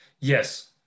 Yes